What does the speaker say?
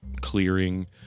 clearing